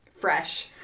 fresh